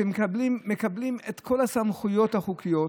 מקבלים את כל הסמכויות החוקיות,